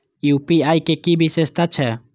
UPI के कि विषेशता छै?